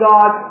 God